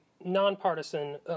nonpartisan